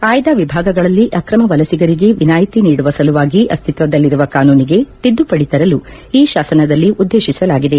ಆಯ್ದ ವಿಭಾಗಗಳಲ್ಲಿ ಆಕ್ರಮ ವಲಸಿಗರಿಗೆ ವಿನಾಯಿತಿ ನೀಡುವ ಸಲುವಾಗಿ ಅಸ್ತಿತ್ವದಲ್ಲಿರುವ ಕಾನೂನಿಗೆ ತಿದ್ಲುಪಡಿ ತರಲು ಈ ಶಾಸನದಲ್ಲಿ ಉದ್ಲೇತಿಸಲಾಗಿದೆ